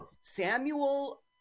Samuel